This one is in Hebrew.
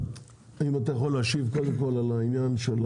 האם אתה יכול להשיב קודם כל על העניין?